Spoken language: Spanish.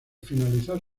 finalizar